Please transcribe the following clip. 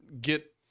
get